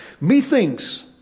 Methinks